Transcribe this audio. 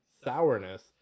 sourness